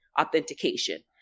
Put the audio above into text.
authentication